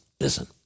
Listen